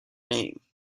name